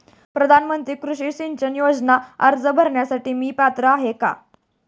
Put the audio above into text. प्रधानमंत्री कृषी सिंचन योजना अर्ज भरण्यासाठी मी पात्र आहे का?